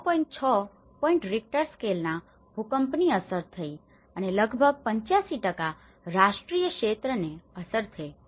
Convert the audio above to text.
6 point Richter સ્કેલના ભૂકંપની અસર થઇ અને લગભગ 85 રાષ્ટ્રીય ક્ષેત્રને અસર થઈ છે